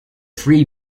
three